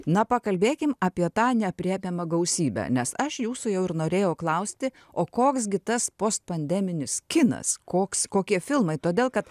na pakalbėkim apie tą neaprėpiamą gausybę nes aš jūsų jau ir norėjau klausti o koks gi tas postpandeminis kinas koks kokie filmai todėl kad